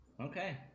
Okay